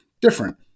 different